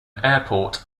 airport